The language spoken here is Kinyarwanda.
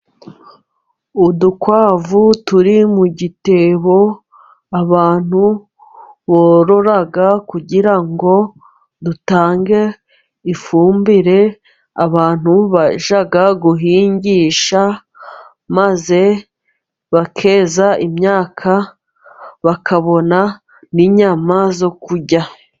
Udukwavu turi mu gitebo abantu borora， kugira ngo dutange ifumbire， abantu bajya guhingisha， maze bakeza imyaka， bakabona n'inyama zo kurya.